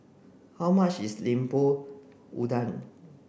how much is Lemper Udang